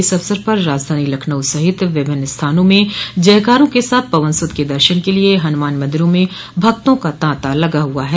इस अवसर पर राजधानी लखनऊ सहित विभिन्न स्थानों में जयकारों के साथ पवनसूत के दर्शन के लिये हनुमान मंदिरों में भक्तों का ताता लगा हुआ है